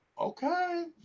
Okay